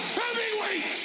heavyweight